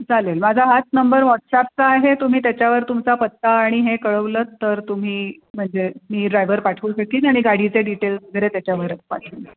चालेल माझा हाच नंबर व्हॉट्सअपचा आहे तुम्ही त्याच्यावर तुमचा पत्ता आणि हे कळवलंत तर तुम्ही म्हणजे मी ड्रायवर पाठवू शकीन आणि गाडीचे डिटेल्स वगैरे त्याच्यावरच पाठवून देईन